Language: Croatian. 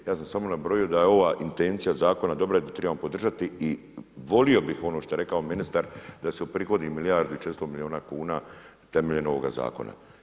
Ja sam samo nabrojio da je ova intencija zakona dobra i da je trebamo podržati i volio bih ono što je rekao ministar da se uprihodi milijardu i 400 milijuna temeljem ovoga zakona.